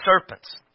serpents